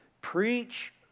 Preach